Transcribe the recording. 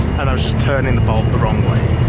and i was just turning the bolt the wrong way.